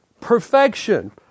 perfection